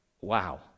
wow